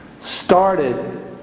started